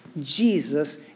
Jesus